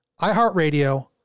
iHeartRadio